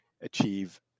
achieve